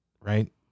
right